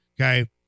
Okay